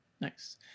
nice